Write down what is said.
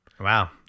Wow